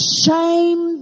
shame